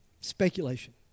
Speculation